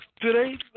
today